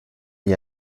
wie